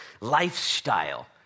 lifestyle